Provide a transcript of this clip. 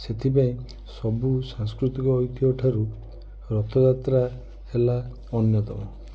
ସେଥିପାଇଁ ସବୁ ସାଂସ୍କୃତିକ ଐତିହ ଠାରୁ ରଥଯାତ୍ରା ହେଲା ଅନ୍ୟତମ